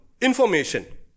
information